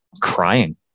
crying